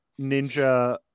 ninja